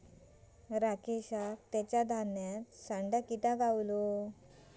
राकेशका तेच्या धान्यात सांडा किटा गावलो